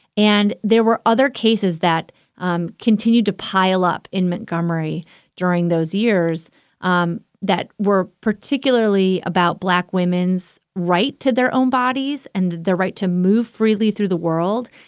and there were other cases that um continued to pile up in montgomery during those years um that were particularly about black women's right to their own bodies and their right to move freely through the world.